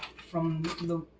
from the